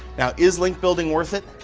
now, is link building worth it?